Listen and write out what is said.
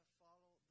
follow